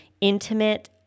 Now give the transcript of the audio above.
intimate